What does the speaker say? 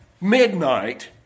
midnight